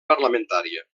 parlamentària